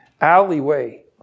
alleyway